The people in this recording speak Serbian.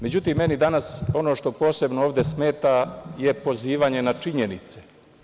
Međutim, meni danas, ono što posebno ovde smeta je pozivanje na činjenice.